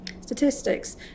statistics